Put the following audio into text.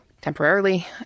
temporarily